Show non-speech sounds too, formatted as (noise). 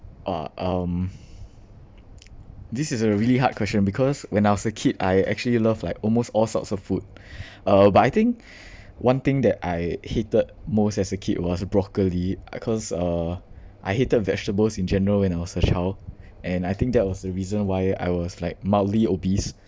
uh um (breath) (noise) this is a really hard question because when I was a kid I actually loved like almost all sorts of food uh but I think (breath) one thing that I hated most as a kid was broccoli I because uh I hated vegetables in general when I was a child and I think that was the reason why I was like mildly obese